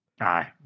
Aye